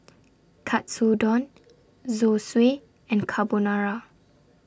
Katsudon Zosui and Carbonara